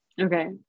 Okay